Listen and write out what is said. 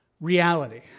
Reality